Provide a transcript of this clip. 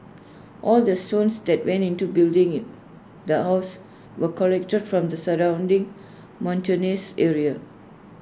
all the stones that went into building the house were collected from the surrounding mountainous area